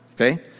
okay